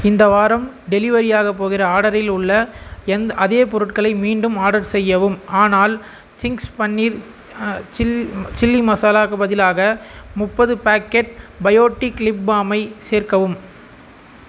இந்த வாரம் டெலிவரியாகப் போகிற ஆர்டரில் உள்ள எந் அதே பொருட்களை மீண்டும் ஆர்டர் செய்யவும் ஆனால் சிங்க்ஸ் பனீர் சில் சில்லி மசாலாவுக்கு பதிலாக முப்பது பேக்கெட் பயோடிக் லிப் பாமை சேர்க்கவும்